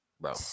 bro